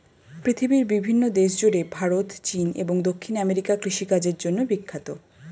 পৃথিবীর বিভিন্ন দেশ জুড়ে ভারত, চীন এবং দক্ষিণ আমেরিকা কৃষিকাজের জন্যে বিখ্যাত